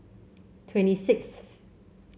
twenty sixth